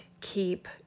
keep